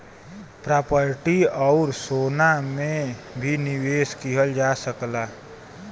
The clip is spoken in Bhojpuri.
प्रॉपर्टी आउर सोना में भी निवेश किहल जा सकला